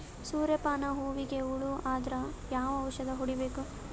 ಸೂರ್ಯ ಪಾನ ಹೂವಿಗೆ ಹುಳ ಆದ್ರ ಯಾವ ಔಷದ ಹೊಡಿಬೇಕು?